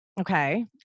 Okay